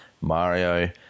Mario